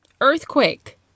Earthquake